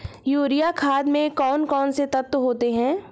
Urea खाद में कौन कौन से तत्व होते हैं?